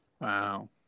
Wow